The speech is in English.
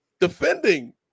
defending